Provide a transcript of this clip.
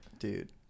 Dude